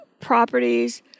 properties